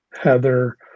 heather